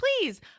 please